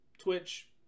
Twitch